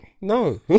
no